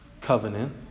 covenant